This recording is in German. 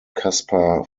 kaspar